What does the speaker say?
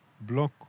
block